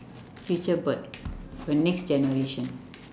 future birth the next generation